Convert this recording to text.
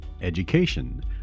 education